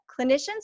clinicians